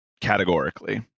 categorically